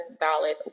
dollars